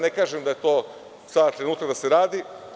Ne kažem da je sada trenutak da se to radi.